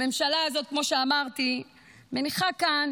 הממשלה הזו, כמו שאמרתי, מניחה כאן